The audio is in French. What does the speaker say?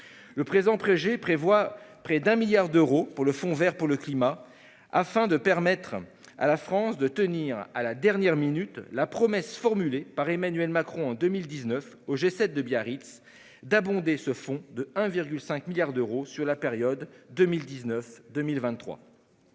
Le présent projet de budget affecte près de 1 milliard d'euros au Fonds vert pour le climat, afin de permettre à la France de tenir, à la dernière minute, la promesse formulée par Emmanuel Macron en 2019 au G7 de Biarritz d'abonder ce fonds de 1,5 milliard d'euros sur la période 2019-2023.